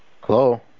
Hello